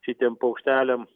šitiem paukšteliam